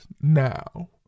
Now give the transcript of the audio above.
now